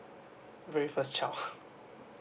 very first child